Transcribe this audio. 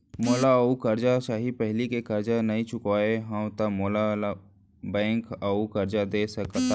मोला अऊ करजा चाही पहिली के करजा नई चुकोय हव त मोल ला बैंक अऊ करजा दे सकता हे?